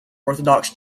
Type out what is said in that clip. orthodox